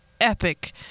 epic